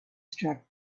struck